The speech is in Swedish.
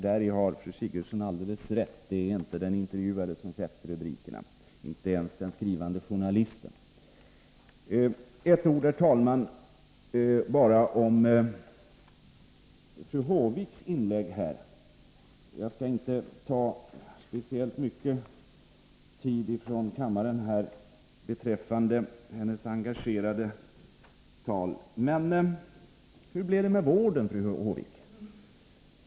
Däri har fru Sigurdsen alldeles rätt: Det är inte den intervjuade som sätter rubrikerna, inte ens den skrivande journalisten. Ett ord, herr talman, om fru Håviks inlägg. Jag skall inte ta speciellt mycken tid ifrån kammaren beträffande hennes engagerade tal, men låt mig ställa frågan: Hur blev det med vården, fru Håvik?